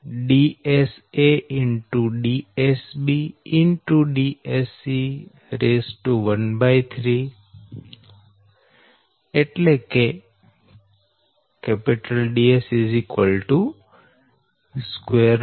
તેથી Ds Dsa